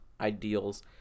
ideals